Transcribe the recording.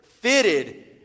fitted